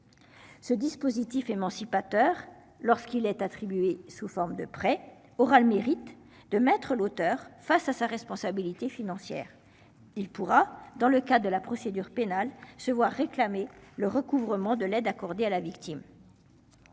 Ce dispositif émancipateur lorsqu'il est attribuée sous forme de prêt aura le mérite de mettre l'auteur face à sa responsabilité financière. Il pourra dans le cas de la procédure pénale se voit réclamer le recouvrement de l'aide accordée à la victime.